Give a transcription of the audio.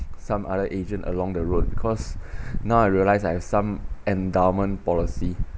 some other agent along the road because now I realise I have some endowment policy